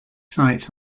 sights